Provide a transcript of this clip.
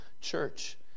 church